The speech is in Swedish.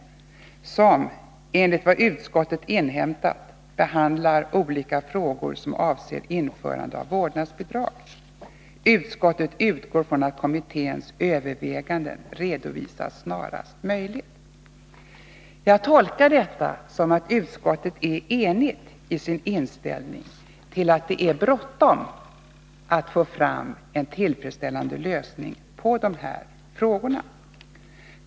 Utskottet säger: ”Enligt vad utskottet inhämtat behandlar familjeekonomiska kommittén f.n. olika frågor som avser införande av vårdnadsbidrag. Utskottet utgår från att kommitténs överväganden redovisas snarast möjligt.” Jag tolkar detta som att utskottet är enigt i sin inställning till att det är bråttom med att få fram en tillfredsställande lösning på dessa problem.